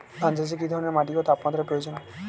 ধান চাষে কী ধরনের মাটি ও তাপমাত্রার প্রয়োজন?